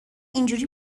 اینجوری